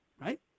right